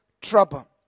trouble